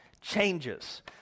changes